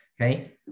Okay